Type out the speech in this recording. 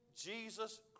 Jesus